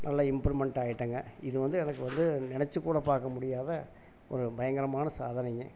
நல்லா இம்ப்ரூமெண்ட் ஆகிட்டங்க இது வந்து எனக்கு வந்து நெனைச்சி கூட பார்க்க முடியாத ஒரு பயங்கரமான சாதனைங்க